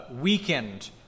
weakened